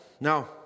Now